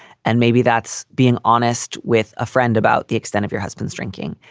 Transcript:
and maybe that's being honest with a friend about the extent of your husband's drinking.